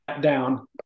down